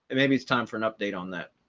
and maybe it's time for an update on that.